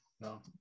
No